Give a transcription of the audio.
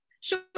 Sure